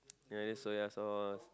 ya need soya sauce